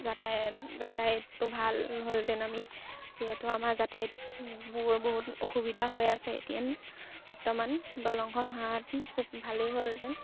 যাতায় যাতায়তটো ভাল হ'লহেঁতেন আমি যিহেতু আমাৰ যাতায়তবোৰ বহুত অসুবিধা হৈ আছে এতিয়া বৰ্তমান দলংখন হোৱাহেঁতেন খুব ভালেই হ'লহেঁতেন